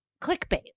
clickbait